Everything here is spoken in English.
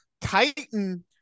Titan